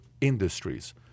industries